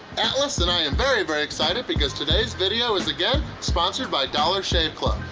atlas, and i am very, very excited because today's video is again sponsored by dollar shave club.